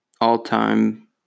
all-time